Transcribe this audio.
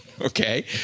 Okay